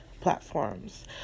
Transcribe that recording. platforms